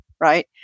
Right